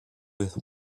with